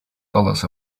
dollars